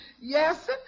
Yes